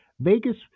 Vegas